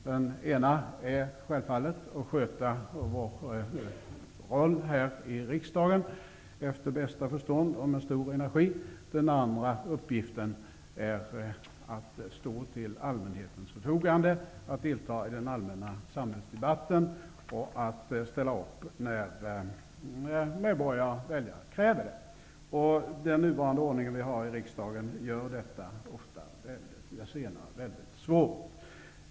Den ena gäller självfallet vår roll här i riksdagen, att sköta våra uppgifter efter bästa förstånd och med stor energi. Den andra uppgiften är att stå till allmänhetens förfogande, att delta i den allmänna samhällsdebatten och att ställa upp när medborgare, väljare, kräver det. Nuvarande ordning i riksdagen gör att den senare uppgiften ofta blir väldigt svår.